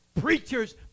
preachers